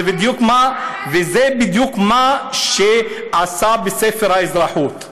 וזה בדיוק מה שהוא עשה בספר האזרחות.